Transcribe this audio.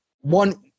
one